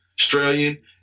Australian